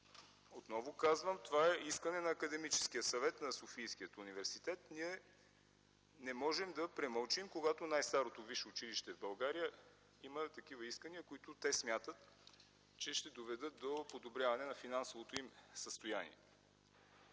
Отново казвам, това е искане на Академичния съвет на Софийския университет. Ние не можем да премълчим, когато най-старото висше училище в България има такива искания. Те смятат, че това ще доведе до подобряване на финансовото им състояние.